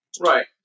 Right